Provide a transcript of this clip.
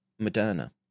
Moderna